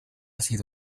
sido